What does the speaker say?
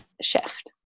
shift